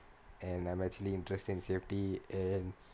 and I'm actually interested in safety and